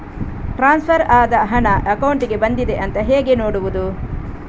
Transfer ಆದ ಹಣ ಅಕೌಂಟಿಗೆ ಬಂದಿದೆ ಅಂತ ಹೇಗೆ ನೋಡುವುದು?